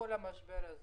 המשבר הזה.